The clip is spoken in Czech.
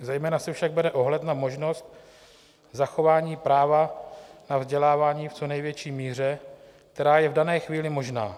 Zejména se však bere ohled na možnost zachování práva na vzdělávání v co největší míře, která je v dané chvíli možná.